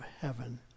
heaven